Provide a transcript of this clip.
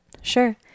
Sure